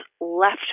left